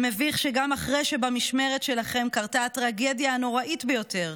זה מביך שגם אחרי שבמשמרת שלכם קרתה הטרגדיה הנוראית ביותר